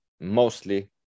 mostly